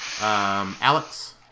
Alex